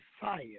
fire